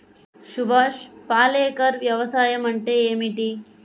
సుభాష్ పాలేకర్ వ్యవసాయం అంటే ఏమిటీ?